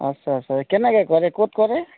আচ্ছা আচ্ছা কেনেকৈ কৰে ক'ত কৰে